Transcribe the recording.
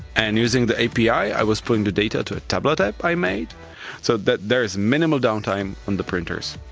and using the api i was pulling the data to a tablet app i made, so that there is minimal downtime on the printers.